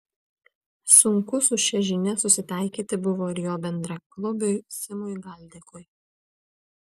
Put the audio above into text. sunku su šia žinia susitaikyti buvo ir jo bendraklubiui simui galdikui